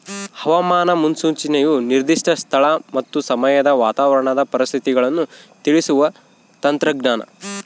ಹವಾಮಾನ ಮುನ್ಸೂಚನೆಯು ನಿರ್ದಿಷ್ಟ ಸ್ಥಳ ಮತ್ತು ಸಮಯದ ವಾತಾವರಣದ ಪರಿಸ್ಥಿತಿಗಳನ್ನು ತಿಳಿಸುವ ತಂತ್ರಜ್ಞಾನ